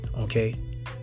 Okay